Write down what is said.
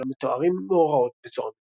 ולא מתוארים מאורעות בצורה מפורשת.